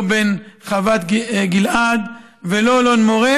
לא בין חוות גלעד ולא אלון מורה,